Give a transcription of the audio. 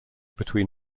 between